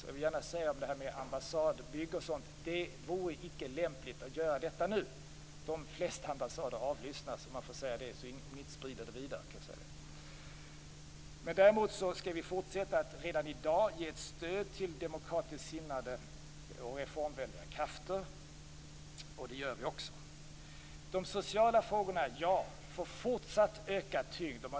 När det gäller detta med ambassadbygge och sådant vill jag gärna säga att det inte vore lämpligt att göra detta nu. De flesta ambassader avlyssnas. Jag kan säga det om ni inte sprider det vidare. Däremot skall vi fortsätta att redan i dag ge ett stöd till demokratiskt sinnade och reformvänliga krafter, och det gör vi också. De sociala frågorna får fortsatt ökad tyngd.